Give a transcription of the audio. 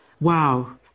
Wow